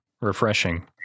refreshing